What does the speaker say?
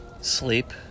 Sleep